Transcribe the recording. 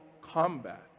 combat